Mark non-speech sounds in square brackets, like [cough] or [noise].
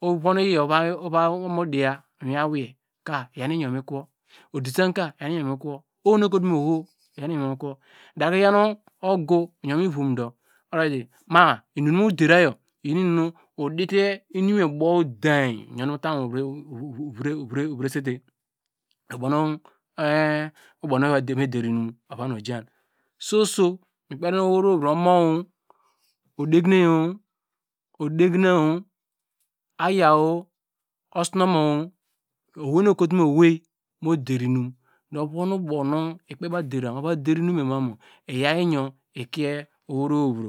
ovon iyor mu van mu diya mu iwin awei ka mi yaw iyor mikowu odisanka iyaw iyor mikowo ohurnu ekoto ohor iyaw iyor iyor mikoyo udair kro yaw nu ugu oyon mu ivomdu already ma inum mu dera yor iyina inum nu odite inum yor ubow dein mu otam owo wi ovreste [hesitation] soso mi kperi nu oweivro weivro omo odegineye odegina ayaw osinomo owei nu ododero inum ovonu ubow nu ikpe baw der ova der inum yor ma mu iyaw iyor ikie oweivr.